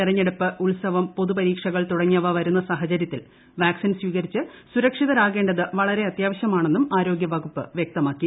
തെരഞ്ഞെടുപ്പ് ഉത്സവം പൊതു പരീക്ഷകൾ തുടങ്ങിയവ വരുന്ന സാഹചരൃത്തിൽ വാക്സിൻ സ്വീകരിച്ച് സുരക്ഷിതരാകേണ്ടത് വളരെ അത്യാവശ്യമാണെന്നും ആരോഗ്യ വകുപ്പ് വ്യക്തമാക്കി